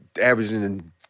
averaging